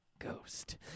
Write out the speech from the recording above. Ghost